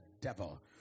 devil